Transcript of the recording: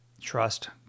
Trust